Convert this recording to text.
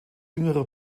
jüngerer